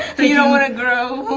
you don't want to grow?